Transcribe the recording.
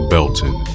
Belton